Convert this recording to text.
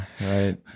Right